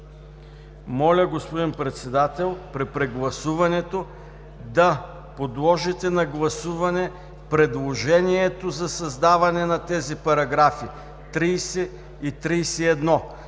Господин Председател, моля при прегласуването да подложите на гласуване предложението за създаване на тези параграфи – 30 и 31,